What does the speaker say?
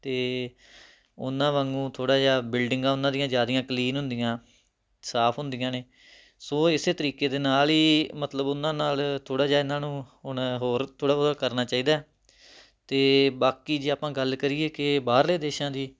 ਅਤੇ ਉਨ੍ਹਾਂ ਵਾਂਗੂੰ ਥੋੜ੍ਹਾ ਜਿਹਾ ਬਿਲਡਿੰਗਾਂ ਉਨ੍ਹਾਂ ਦੀਆਂ ਜ਼ਿਆਦਾ ਕਲੀਨ ਹੁੰਦੀਆਂ ਸਾਫ਼ ਹੁੰਦੀਆਂ ਨੇ ਸੋ ਇਸੇ ਤਰੀਕੇ ਦੇ ਨਾਲ ਹੀ ਮਤਲਬ ਉਨ੍ਹਾਂ ਨਾਲ ਥੋੜ੍ਹਾ ਜਿਹਾ ਇਹਨਾਂ ਨੂੰ ਹੁਣ ਹੋਰ ਥੋੜ੍ਹਾ ਬਹੁਤ ਕਰਨਾ ਚਾਹੀਦਾ ਅਤੇ ਬਾਕੀ ਜੇ ਆਪਾਂ ਗੱਲ ਕਰੀਏ ਕਿ ਬਾਹਰਲੇ ਦੇਸ਼ਾਂ ਦੀ